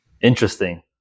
interesting